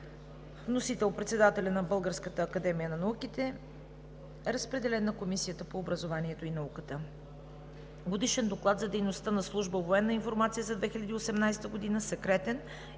Вносител – председателят на Българската академия на науките. Разпределен е на Комисията по образованието и науката. Годишен доклад за дейността на Служба „Военна информация“ за 2018 г. (секретен)